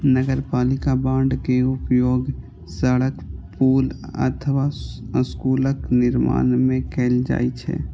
नगरपालिका बांड के उपयोग सड़क, पुल अथवा स्कूलक निर्माण मे कैल जाइ छै